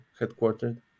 headquartered